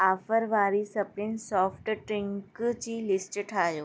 offer वारी सभिनी soft drink जी लिस्ट ठाहियो